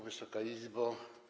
Wysoka Izbo!